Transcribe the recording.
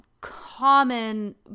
common